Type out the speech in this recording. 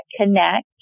connect